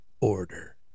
order